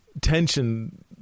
tension